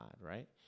right